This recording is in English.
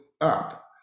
up